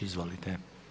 Izvolite.